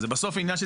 אבל בסוף זה עניין,